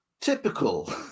typical